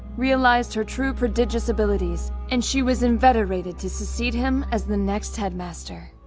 realized her true prodigious abilities and she was inveterated to succeed him as the next headmaster.